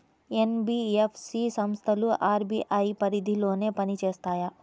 NBFC సంస్థలు RBI పరిధిలోనే పని చేస్తాయా?